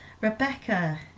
Rebecca